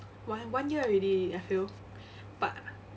why one year already I feel but